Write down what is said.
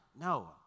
No